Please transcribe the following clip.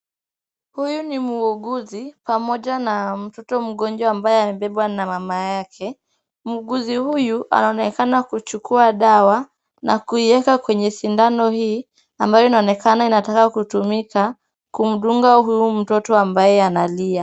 Huyu ni muuguzi pamoja na mtoto mgonjwa ambaye amebebwa na mama yake. Muuguzi huyu anaonekana kuchukua dawa na kuieka kwenye sindano hii ambayo inaonekana inataka kutumika kumdunga huyu mtoto ambaye analia.